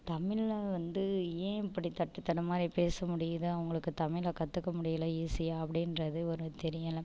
தமிழை வந்து ஏன் இப்படி தட்டு தடுமாறி பேச முடியுது அவங்களுக்கு தமிழை கற்றுக்க முடியல ஈசியா அப்படின்றது ஒன்று தெரியலை